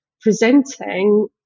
presenting